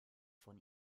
vom